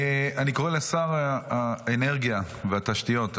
אני קורא לשר האנרגיה והתשתיות,